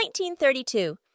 1932